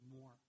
more